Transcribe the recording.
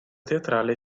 teatrale